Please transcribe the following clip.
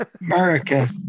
America